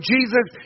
Jesus